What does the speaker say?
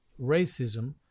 racism